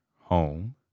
home